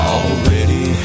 already